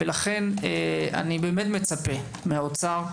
לכן אני מצפה מהאוצר,